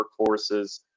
workforces